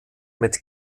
mit